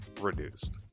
reduced